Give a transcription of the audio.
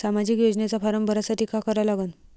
सामाजिक योजनेचा फारम भरासाठी का करा लागन?